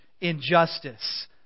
injustice